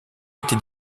était